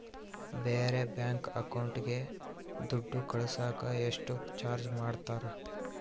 ಬೇರೆ ಬ್ಯಾಂಕ್ ಅಕೌಂಟಿಗೆ ದುಡ್ಡು ಕಳಸಾಕ ಎಷ್ಟು ಚಾರ್ಜ್ ಮಾಡತಾರ?